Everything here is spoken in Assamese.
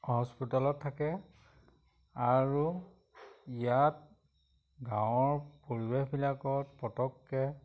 হস্পিটেলত থাকে আৰু ইয়াত গাঁৱৰ পৰিৱেশবিলাকত পতককৈ